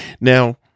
Now